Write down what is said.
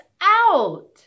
out